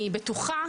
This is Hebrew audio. אני בטוחה,